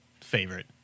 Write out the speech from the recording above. ...favorite